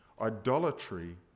Idolatry